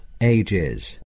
ages